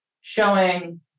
showing